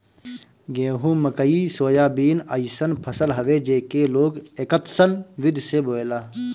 गेंहू, मकई, सोयाबीन अइसन फसल हवे जेके लोग एकतस्सन विधि से बोएला